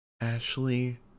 Ashley